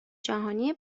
جهانی